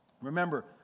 Remember